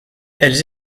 elles